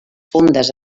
fondes